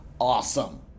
awesome